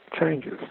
changes